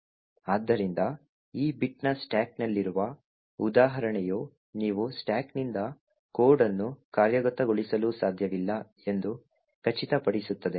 ಆದ್ದರಿಂದ ಈ ಬಿಟ್ನ ಸ್ಟಾಕ್ನಲ್ಲಿರುವ ಉದಾಹರಣೆಯು ನೀವು ಸ್ಟಾಕ್ನಿಂದ ಕೋಡ್ ಅನ್ನು ಕಾರ್ಯಗತಗೊಳಿಸಲು ಸಾಧ್ಯವಿಲ್ಲ ಎಂದು ಖಚಿತಪಡಿಸುತ್ತದೆ